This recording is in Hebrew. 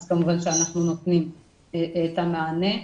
אז כמובן שאנחנו נותנים את המענה.